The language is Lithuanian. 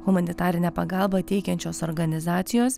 humanitarinę pagalbą teikiančios organizacijos